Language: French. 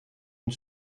une